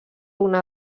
una